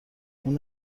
اون